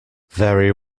very